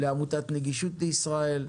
לעמותת נגישות ישראל,